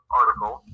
article